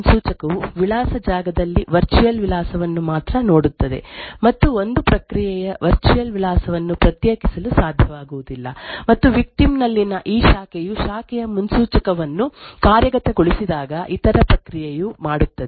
ಈ ಪ್ರೊಸೆಸರ್ ನಲ್ಲಿನ ದುರ್ಬಲತೆಯೆಂದರೆ ಶಾಖೆಯ ಮುನ್ಸೂಚಕವು ವಿಳಾಸ ಜಾಗದಲ್ಲಿ ವರ್ಚುಯಲ್ ವಿಳಾಸವನ್ನು ಮಾತ್ರ ನೋಡುತ್ತದೆ ಮತ್ತು ಒಂದು ಪ್ರಕ್ರಿಯೆಯ ವರ್ಚುಯಲ್ ವಿಳಾಸವನ್ನು ಪ್ರತ್ಯೇಕಿಸಲು ಸಾಧ್ಯವಾಗುವುದಿಲ್ಲ ಮತ್ತು ವಿಕ್ಟಿಮ್ ನಲ್ಲಿನ ಈ ಶಾಖೆಯು ಶಾಖೆಯ ಮುನ್ಸೂಚಕವನ್ನು ಕಾರ್ಯಗತಗೊಳಿಸಿದಾಗ ಇತರ ಪ್ರಕ್ರಿಯೆಯು ಮಾಡುತ್ತದೆ